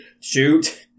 Shoot